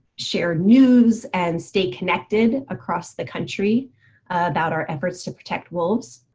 share news and stay connected across the country about our efforts to protect wolves.